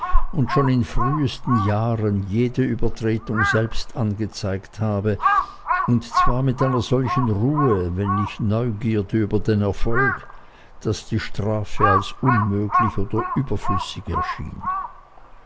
und schon in frühsten jahren jede übertretung selbst an gezeigt habe und zwar mit einer solchen ruhe wenn nicht neugierde über den erfolg daß die strafe als unmöglich oder überflüssig erschien